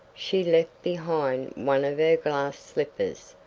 she left behind one of her glass slippers,